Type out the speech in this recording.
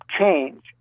change